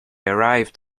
arrived